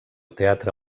teatre